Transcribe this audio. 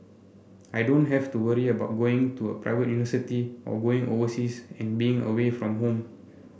I don't have to worry about going to a private university or going overseas and being away from home